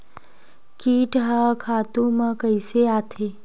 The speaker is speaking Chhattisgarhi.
कीट ह खातु म कइसे आथे?